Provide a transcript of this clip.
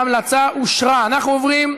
ההמלצה אושרה.